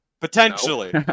Potentially